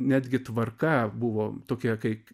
netgi tvarka buvo tokia kaip